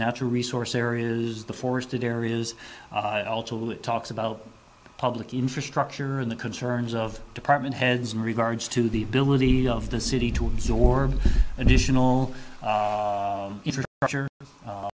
natural resource areas the forested areas talks about public infrastructure in the concerns of department heads in regards to the ability of the city to absorb additional pressure